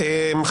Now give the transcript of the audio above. תודה רבה.